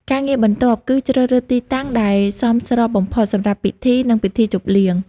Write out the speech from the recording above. ការងារបន្ទាប់គឺ ជ្រើសរើសទីតាំង ដែលសមស្របបំផុតសម្រាប់ពិធី និងពិធីជប់លៀង។